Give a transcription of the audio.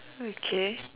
okay